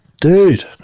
Dude